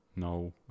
No